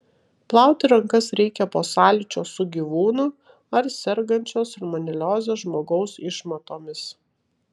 plauti rankas reikia po sąlyčio su gyvūnų ar sergančio salmonelioze žmogaus išmatomis